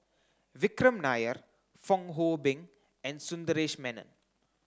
Vikram Nair Fong Hoe Beng and Sundaresh Menon